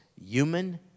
human